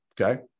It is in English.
okay